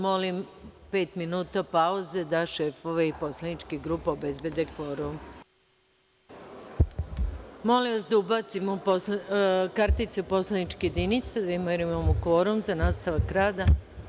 Molim pet minuta pauze da šefovi poslaničkih grupa obezbede kvorum. [[Posle pauze]] Molim vas da ubacimo kartice u poslaničke jedinice da vidimo da li imamo kvorum za nastavak rada.